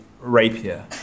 rapier